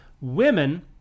women